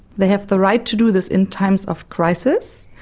they have the right to do this in times of crisis.